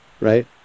right